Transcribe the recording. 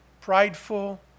prideful